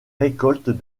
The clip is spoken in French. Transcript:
récoltes